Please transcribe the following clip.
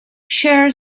share